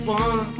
one